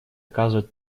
оказывать